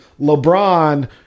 LeBron